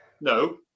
No